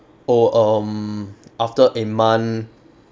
oh um after a month